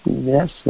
Yes